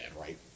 right